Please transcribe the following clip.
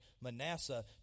Manasseh